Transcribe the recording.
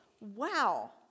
Wow